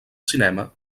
cinema